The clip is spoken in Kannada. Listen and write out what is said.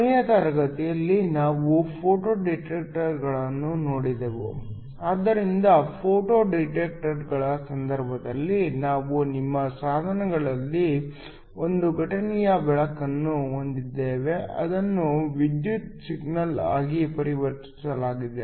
ಕೊನೆಯ ತರಗತಿಯಲ್ಲಿ ನಾವು ಫೋಟೋ ಡಿಟೆಕ್ಟರ್ಗಳನ್ನು ನೋಡಿದೆವು ಆದ್ದರಿಂದ ಫೋಟೋ ಡಿಟೆಕ್ಟರ್ಗಳ ಸಂದರ್ಭದಲ್ಲಿ ನಾವು ನಿಮ್ಮ ಸಾಧನದಲ್ಲಿ ಒಂದು ಘಟನೆಯ ಬೆಳಕನ್ನು ಹೊಂದಿದ್ದೇವೆ ಅದನ್ನು ವಿದ್ಯುತ್ ಸಿಗ್ನಲ್ ಆಗಿ ಪರಿವರ್ತಿಸಲಾಗಿದೆ